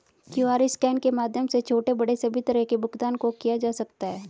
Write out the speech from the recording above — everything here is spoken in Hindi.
क्यूआर स्कैन के माध्यम से छोटे बड़े सभी तरह के भुगतान को किया जा सकता है